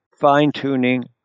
fine-tuning